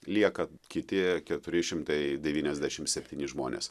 lieka kiti keturi šimtai devyniasdešim septyni žmonės